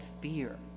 fear